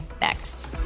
Next